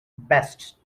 best